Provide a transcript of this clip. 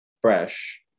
fresh